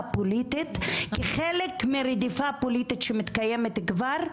פוליטית כחלק מרדיפה פוליטית שמתקיימת כבר,